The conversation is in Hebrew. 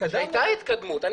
--- הייתה התקדמות.